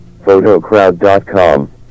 Photocrowd.com